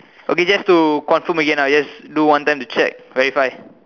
okay just to confirm again ah just do one time to check verify